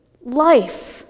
Life